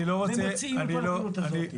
זה הם מוציאים מכל הפעילות הזאת.